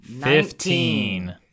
Fifteen